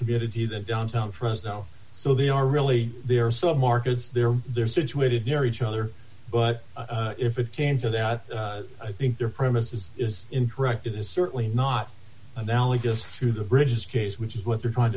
community than downtown fresno so they are really there are some markets there they're situated near each other but if it came to that i think their premises is incorrect it is certainly not analogous to the bridges case which is what they're trying